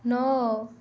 ନଅ